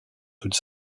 toute